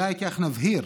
אולי כך נבהיר